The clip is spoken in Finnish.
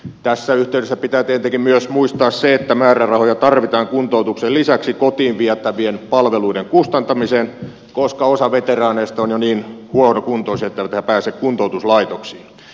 tässä yhteydessä pitää tietenkin myös muistaa se että määrärahoja tarvitaan kuntoutuksen lisäksi kotiin vietävien palveluiden kustantamiseen koska osa veteraaneista on jo niin huonokuntoisia etteivät he pääse kuntoutuslaitoksiin